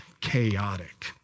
chaotic